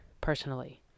personally